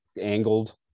angled